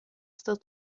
still